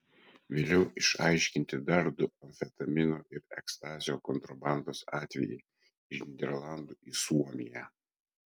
vėliau išaiškinti dar du amfetamino ir ekstazio kontrabandos atvejai iš nyderlandų į suomiją